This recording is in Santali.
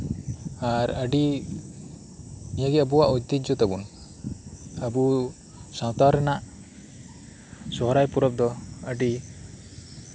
ᱥᱚᱦᱚᱨᱟᱭ ᱯᱚᱨᱚᱵ ᱫᱚ ᱟᱹᱰᱤ ᱜᱨᱟᱢ ᱚᱧᱪᱚᱞᱨᱮᱫᱚ ᱟᱹᱰᱤ ᱢᱚᱡᱛᱮᱜᱤ ᱯᱟᱞᱚᱱ ᱦᱩᱭᱩᱜ ᱟ ᱢᱮᱱᱠᱷᱟᱱ ᱥᱚᱦᱚᱨ ᱚᱧᱪᱚᱞ ᱨᱮᱫᱚ ᱩᱱᱟᱹᱜ ᱟᱴ ᱢᱚᱪᱛᱮᱫᱚ ᱵᱟᱝ ᱦᱩᱭᱩᱜᱼᱟ